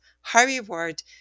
high-reward